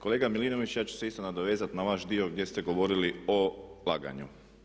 Kolega Milinović ja ću se isto nadovezati na vaš dio gdje ste govorili o laganju.